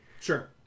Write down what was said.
Sure